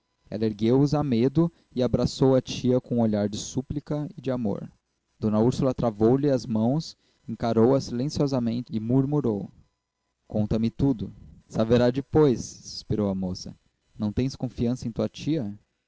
ela ergueu os a medo e abraçou a tia com um olhar de súplica e de amor d úrsula travou-lhe das mãos encarou-a silenciosamente e murmurou conta-me tudo saberá depois suspirou a moça não tens confiança em tua tia